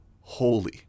holy